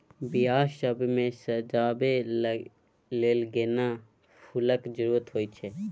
बियाह सब मे सजाबै लेल गेना फुलक जरुरत होइ छै